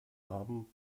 abend